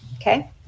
Okay